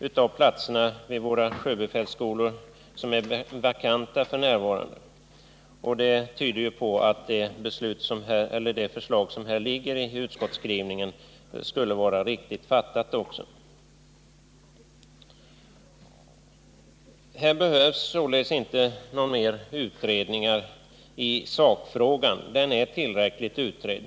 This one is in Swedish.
96 av platserna vid sjöbefälsskolorna vakanta f. n. Det tyder också på att förslaget i utskottsbetänkandet skulle vara riktigt. Det behövs således inte några fler utredningar i sakfrågan — den är tillräckligt utredd.